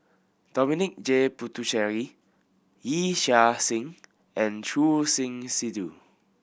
Dominic J Puthucheary Yee Chia Hsing and Choor Singh Sidhu